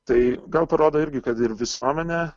tai gal parodo irgi kad ir visuomenė